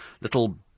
little